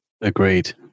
Agreed